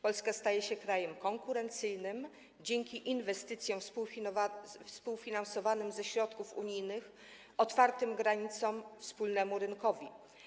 Polska staje się krajem konkurencyjnym dzięki inwestycjom współfinansowanym ze środków unijnych, otwartym granicom, wspólnemu rynkowi.